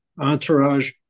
entourage